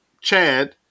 Chad-